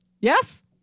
Yes